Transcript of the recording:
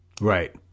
Right